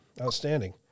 Outstanding